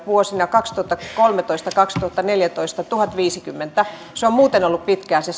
vuosina kaksituhattakolmetoista viiva kaksituhattaneljätoista pakolaiskiintiö tuhatviisikymmentä se on muuten ollut pitkään se